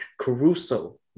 Caruso